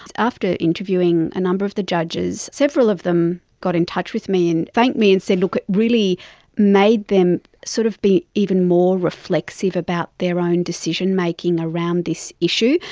after interviewing a number of the judges, several of them got in touch with me and thanked me and said, look, it really made them sort of be even more reflexive about their own decision-making around this issue.